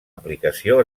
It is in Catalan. aplicació